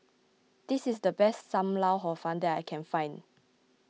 this is the best Sam Lau Hor Fun that I can find